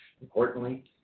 Importantly